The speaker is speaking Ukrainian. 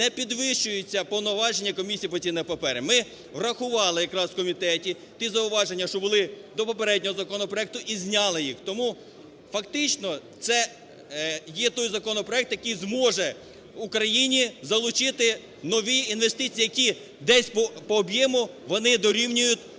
не підвищуються повноваження Комісії по цінним паперам. Ми врахували якраз в комітеті ті зауваження, що були до попереднього законопроекту і зняли їх. Тому фактично це є той законопроект, який зможе Україні залучити нові інвестиції, які десь по об'єму вони дорівнюють